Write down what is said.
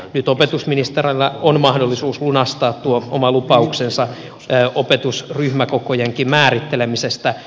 nyt opetusministerillä on mahdollisuus lunastaa tuo oma lupauksensa opetusryhmäkokojenkin määrittelemisestä